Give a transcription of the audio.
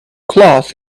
cloth